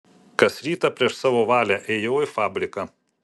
kas rytą prieš savo valią ėjau į fabriką